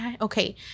okay